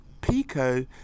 Pico